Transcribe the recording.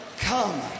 Come